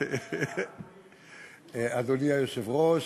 אדוני היושב-ראש,